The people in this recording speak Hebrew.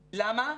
למה?